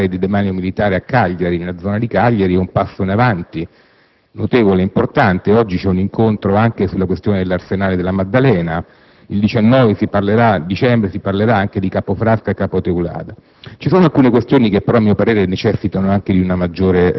con il governatore Soru, riguardante alcune aree di demanio militare a Cagliari, è un passo in avanti notevole ed importante; oggi c'è un incontro anche sulla questione dell'arsenale della Maddalena, il 19 dicembre si parlerà anche di Capo Frasca e di Capo Teulada.